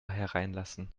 hereinlassen